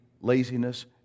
laziness